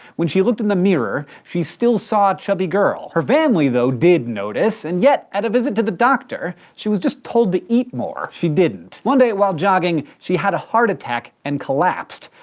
when she looked in the mirror, she still saw a chubby girl. her family, though, did notice, and yet, at a visit to the doctor, she was just told to eat more. she didn't. one day while jogging, she had a heart attack and collapsed.